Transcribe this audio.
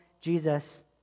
Jesus